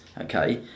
okay